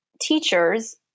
teachers